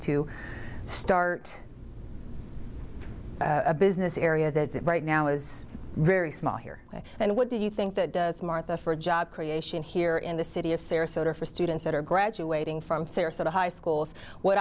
to start a business area that right now is very small here and what do you think that does martha for a job creation here in the city of sarasota for students that are graduating from sarasota high schools what